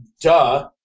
duh